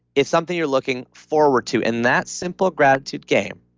it's something you're looking forward to, and that simple gratitude game,